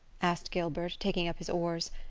asked gilbert, taking up his oars.